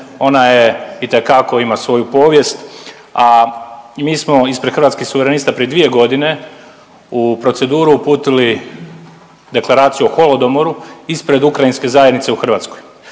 ona je itekako ima svoju povijest. A mi smo ispred Hrvatskih suverenista prije dvije godine u proceduru uputili Deklaraciju o Holodomoru ispred Ukrajinske zajednice u Hrvatskoj,